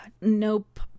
nope